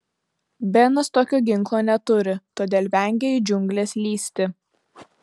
benas tokio ginklo neturi todėl vengia į džiungles lįsti